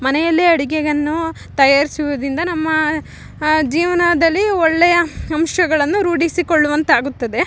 ಮನೆಯಲ್ಲೇ ಅಡುಗೆಯನ್ನು ತಯಾರಿಸುವುದರಿಂದ ನಮ್ಮ ಜೀವನದಲ್ಲಿ ಒಳ್ಳೆಯ ಅಂಶಗಳನ್ನು ರೂಢಿಸಿಕೊಳ್ಳುವಂತಾಗುತ್ತದೆ